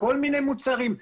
וכל מיני מוצרים,